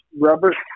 rubber